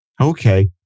Okay